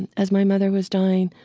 and as my mother was dying,